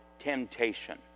temptation